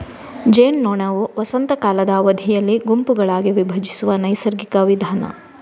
ಜೇನ್ನೊಣವು ವಸಂತ ಕಾಲದ ಅವಧಿಯಲ್ಲಿ ಗುಂಪುಗಳಾಗಿ ವಿಭಜಿಸುವ ನೈಸರ್ಗಿಕ ವಿಧಾನ